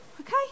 okay